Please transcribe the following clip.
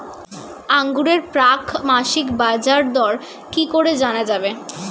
আঙ্গুরের প্রাক মাসিক বাজারদর কি করে জানা যাবে?